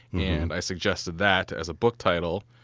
and i suggested that as a book title.